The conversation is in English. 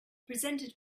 presented